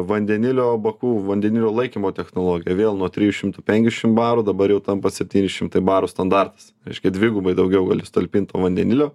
vandenilio bakų vandenilio laikymo technologija vėl nuo trijų šimtų penkiašim barų dabar jau tampa septyni šimtai barų standartas reiškia dvigubai daugiau gali talpint vandenilio